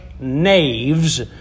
knaves